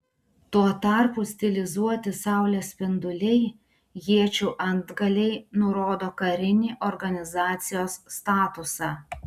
tuo tarpu stilizuoti saulės spinduliai iečių antgaliai nurodo karinį organizacijos statusą